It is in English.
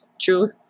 true